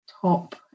top